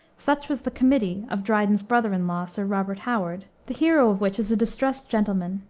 such was the committee of dryden's brother-in-law, sir robert howard, the hero of which is a distressed gentleman,